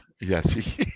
yes